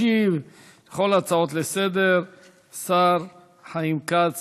ישיב לכל ההצעות לסדר השר חיים כץ